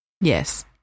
Yes